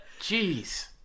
jeez